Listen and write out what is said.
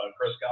Chris